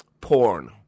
porn